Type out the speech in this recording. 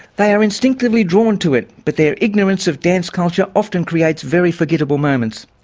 they are instinctively drawn to it but their ignorance of dance culture often creates very forgettable moments.